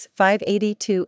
582